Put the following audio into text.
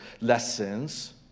lessons